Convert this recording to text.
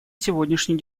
сегодняшней